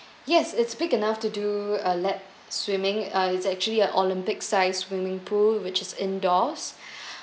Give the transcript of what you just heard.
yes it's big enough to do a lap swimming uh it's actually a Olympic sized swimming pool which is indoors